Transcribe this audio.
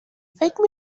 فکر